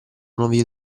nuovi